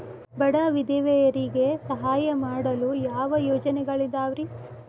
ಬಡ ವಿಧವೆಯರಿಗೆ ಸಹಾಯ ಮಾಡಲು ಯಾವ ಯೋಜನೆಗಳಿದಾವ್ರಿ?